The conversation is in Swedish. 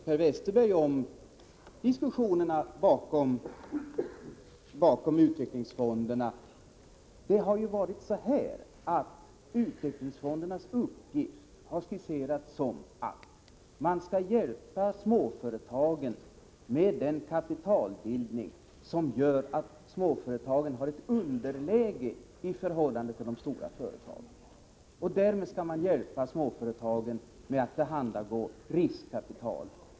Herr talman! Jag erinrar Per Westerberg om diskussionerna bakom utvecklingsfondernas tillkomst. Utvecklingsfondernas uppgift har skisserats som att de skall hjälpa småföretagen med kapitalbildningen. Småföretagen är ju i underläge i förhållande till de stora företagen, och därför skall utvecklingsfonderna tillhandagå småföretagen med riskkapital.